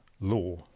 Law